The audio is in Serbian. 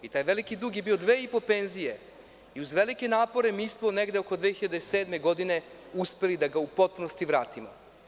Taj veliki dug je bio dve i po penzije i uz velike napore mi smo negde oko 2007. godine uspeli da ga u potpunosti vratimo.